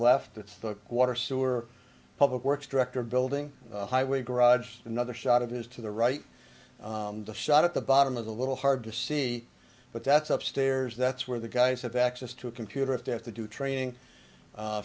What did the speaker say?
left it's the water sewer public works director building highway garages another shot of is to the right shot at the bottom of the little hard to see but that's up stairs that's where the guys have access to a computer if they have to do training